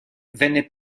venne